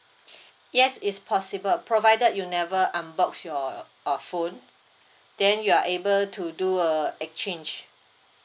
yes is possible provided you never unbox your uh phone then you are able to do a exchange